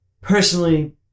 Personally